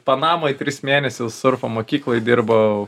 panamoj tris mėnesius surfo mokykloj dirbau